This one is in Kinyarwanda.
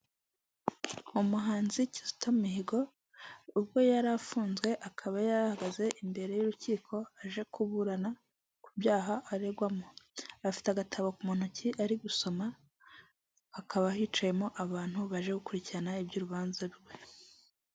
Umuhanzi Kizito Mihigo ubwo yari afunzwe akaba yari ahagaze imbere y'urukiko aje kuburana ku byaha aregwamo, afite agatabo mu ntoki ari gusoma hakaba hicayemo abantu barije gukurikirana iby'urubanza rwe.